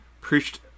preached